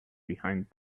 behind